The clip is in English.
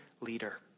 leader